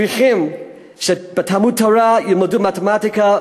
צריכים שבתלמוד-תורה ילמדו מתמטיקה,